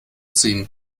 ziehen